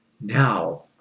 now